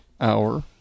Hour